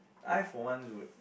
I for one would